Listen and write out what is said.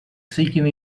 singing